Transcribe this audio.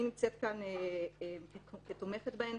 אני נמצאת כאן כתומכת בהן.